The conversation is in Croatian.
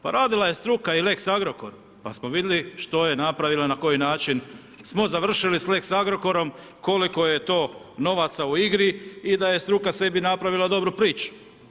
Pa radila je struka i lex Agrokor, pa smo vidjeli, što je napravila, na koji način smo završili sa lex Agrokorom, koliko je to novaca u igri i da je struka sebi napravila dobru priču.